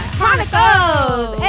Chronicles